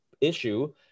issue